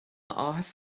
áthas